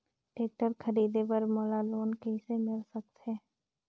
Tractor खरीदे बर मोला लोन कइसे मिल सकथे?